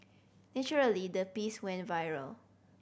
naturally the piece went viral